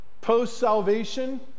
post-salvation